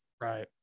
Right